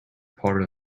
part